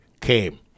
came